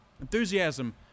Enthusiasm